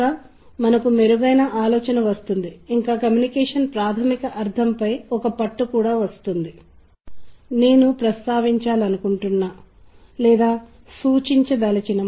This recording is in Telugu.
చాలా మంది పిల్లలు కేకలు వేయడం మరియు ఏడ్వడం మధ్య ఆమె నిర్దిష్ట ధ్వనిని గుర్తించ గలదు మరియు అది తనకు సంబంధించిన ధ్వనిగా గుర్తించగలదు